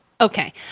Okay